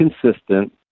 consistent